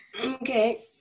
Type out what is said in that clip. okay